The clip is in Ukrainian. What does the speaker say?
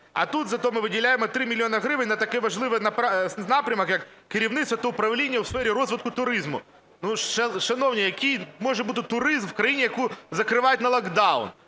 А тут зате ми виділяємо 3 мільйони гривень на такий важливий напрямок, як керівництво та управління у сфері розвитку туризму. Шановні, який може бути туризм в країні, яку закривають на локдаун?